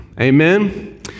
Amen